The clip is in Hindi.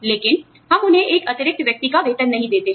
लेकिन हम उन्हें एक अतिरिक्त व्यक्ति का वेतन नहीं देते हैं